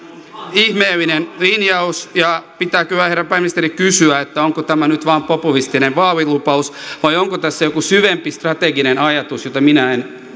ihmeellinen linjaus ja pitää kyllä herra pääministeri kysyä onko tämä nyt vain populistinen vaalilupaus vai onko tässä jokin syvempi strateginen ajatus jota minä en